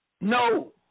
No